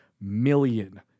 million